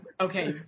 okay